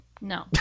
No